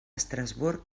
estrasburg